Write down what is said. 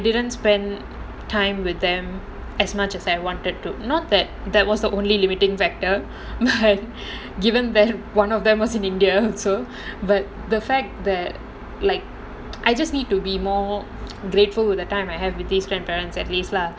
I didn't spent time with them as much as I wanted to not that that was the only limiting factor but given that one of them was in india so but the fact that like I just need to be more grateful with the time I have with this grandparents at least lah